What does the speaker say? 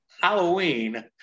Halloween